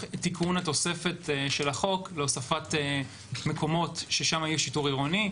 תיקון התוספת של החוק של מקומות שבהם יש שיטור עירוני,